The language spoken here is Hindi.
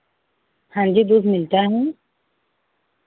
हाँ जी दूध मिलता है